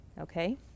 Okay